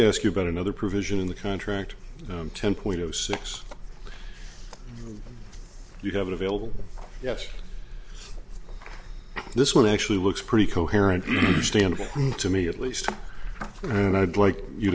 to ask you about another provision in the contract ten point zero six you have available yes this one actually looks pretty coherent you stand to me at least and i'd like you